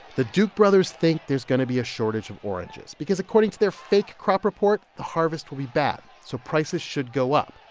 the duke brothers think there's going to be a shortage of oranges because according to their fake crop report, the harvest will be bad, so prices should go up.